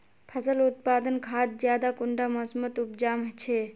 फसल उत्पादन खाद ज्यादा कुंडा मोसमोत उपजाम छै?